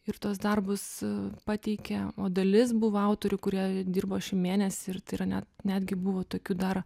ir tuos darbus pateikė o dalis buvo autorių kurie dirbo šį mėnesį ir tai yra net netgi buvo tokių dar